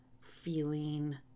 feeling